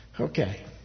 Okay